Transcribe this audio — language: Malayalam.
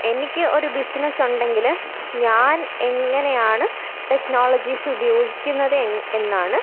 എനിക്ക് ഒരു ബിസിനസ്സുണ്ടെങ്കിൽ ഞാൻ എങ്ങനെയാണ് ടെക്നോളജീസുപയോഗിക്കുന്നത് എ എന്നാണ്